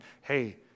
Hey